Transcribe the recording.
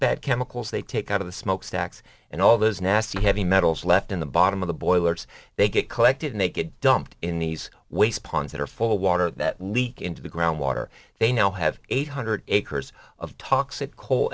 bad chemicals they take out of the smoke stacks and all those nasty heavy metals left in the bottom of the boilers they get collected and they get dumped in these waste ponds that are full of water that leak into the groundwater they now have eight hundred acres of toxic coal